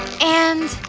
and